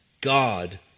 God